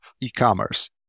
e-commerce